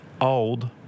old